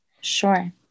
Sure